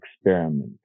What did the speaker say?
experiment